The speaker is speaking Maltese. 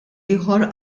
ieħor